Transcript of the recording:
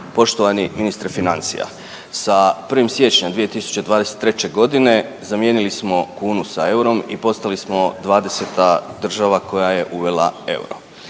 Poštovani ministre financija, sa 1. siječnjem 2023. zamijenili smo kunu sa eurom i postali smo 20. država koja je uvela euro.